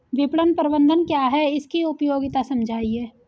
विपणन प्रबंधन क्या है इसकी उपयोगिता समझाइए?